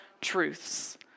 truths